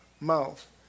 mouth